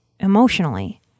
Emotionally